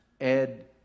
Ed